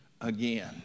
again